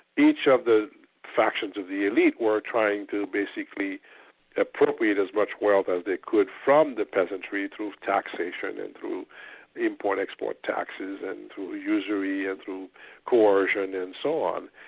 each of the factions of the elite were trying to basically appropriate as much wealth as they could from the peasantry through taxation and through import-export taxes and to usury and through coercion and so on.